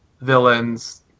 villains